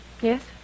Yes